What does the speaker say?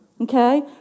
Okay